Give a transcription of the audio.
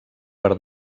per